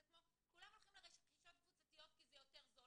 זה כמו שכולם הולכים לרכישות קבוצתיות כי זה יותר זול,